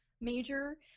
major